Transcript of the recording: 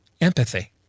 empathy